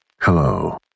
Hello